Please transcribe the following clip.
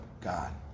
God